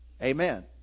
Amen